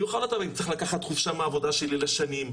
אני --- הייתי צריך לקחת חופשה מהעבודה שלי לשנים,